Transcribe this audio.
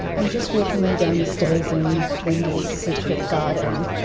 i'm just walking down the stairs in wendy's secret garden.